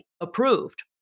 approved